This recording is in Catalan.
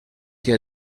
que